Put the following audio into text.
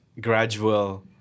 gradual